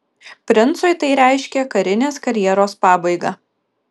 princui tai reiškė karinės karjeros pabaigą